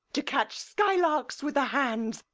to catch skylarks with the hands,